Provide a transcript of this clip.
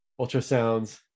ultrasounds